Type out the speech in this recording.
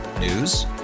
News